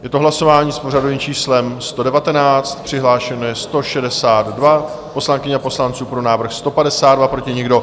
Je to hlasování s pořadovým číslem 119, přihlášeno je 162 poslankyň a poslanců, pro návrh 152, proti nikdo.